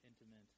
intimate